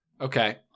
Okay